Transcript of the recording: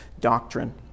doctrine